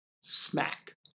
smack